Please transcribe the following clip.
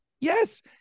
Yes